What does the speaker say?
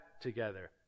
together